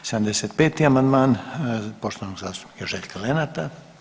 75. amandman poštovanog zastupnika Željka Lenarta.